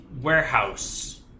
warehouse